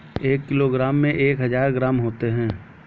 एक किलोग्राम में एक हजार ग्राम होते हैं